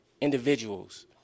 individuals